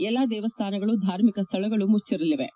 ಎಲ್ಲಾ ದೇವಸ್ಥಾನಗಳು ಧಾರ್ಮಿಕ ಸ್ಥಳಗಳು ಮುಚ್ಚರಲಿವೆ